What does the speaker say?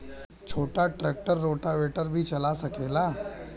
छोटा tractor rotavator भी चला सकेला?